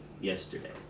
yesterday